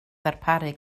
ddarparu